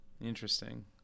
Interesting